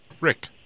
Rick